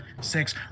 six